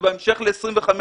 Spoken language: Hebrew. ובהמשך ל-25,